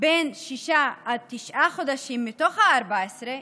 6 9 מתוך ה-14,